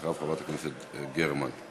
אחריו, חברת הכנסת גרמן.